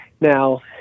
Now